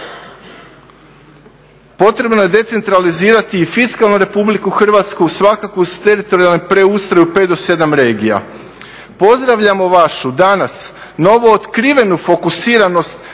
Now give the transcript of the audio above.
Potrebno je decentralizirati i fiskalnu Republiku Hrvatsku svakako uz teritorijalni preustroj u 5 do 7 regija. Pozdravljamo vašu danas novootkrivenu fokusiranost